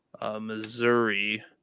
Missouri